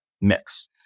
mix